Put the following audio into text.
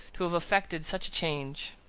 to have effected such a change?